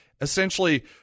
essentially